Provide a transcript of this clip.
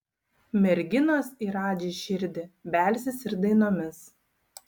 merginos į radži širdį belsis ir dainomis